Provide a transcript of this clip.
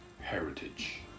heritage